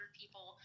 people